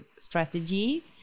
strategy